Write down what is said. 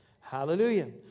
Hallelujah